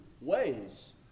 ways